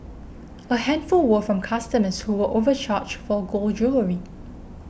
a handful were from customers who were overcharged for gold jewellery